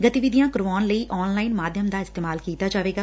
ਗਤੀਵਿਧੀਆਂ ਕਰਉਣ ਲਈ ਆਨਲਾਈਨ ਮਾਧਿਅਮ ਦਾ ਇਸਤੇਮਾਲ ਕੀਤਾ ਜਾਏਗਾ